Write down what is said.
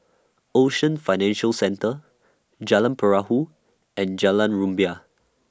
Ocean Financial Centre Jalan Perahu and Jalan Rumbia